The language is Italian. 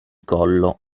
collo